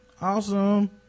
awesome